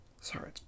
sorry